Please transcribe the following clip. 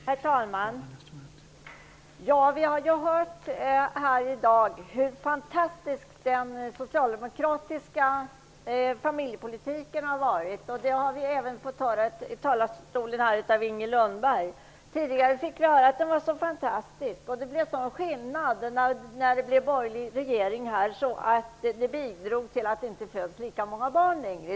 Herr talman! Vi har här i dag hört hur fantastisk den socialdemokratiska familjepolitiken har varit. Det har vi nu även fått höra av Inger Lundberg i talarstolen. Tidigare fick vi höra att den socialdemokratiska politiken var så fantastisk och att det blev en sådan skillnad när det blev en borgerlig regering att det bidrog till att det inte längre föds lika många barn.